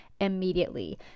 immediately